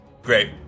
Great